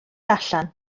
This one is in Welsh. allan